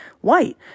white